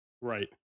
Right